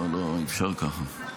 אי-אפשר ככה.